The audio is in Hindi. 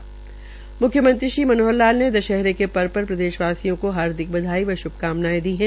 म्ख्यमत्री श्री मनोहर लाल ने दशहरे के पर्व पर प्रदेशवासियों को हार्दिक बधाई व श्भकामनाएं दी है